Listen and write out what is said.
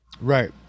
right